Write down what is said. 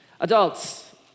Adults